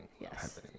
Yes